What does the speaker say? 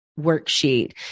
worksheet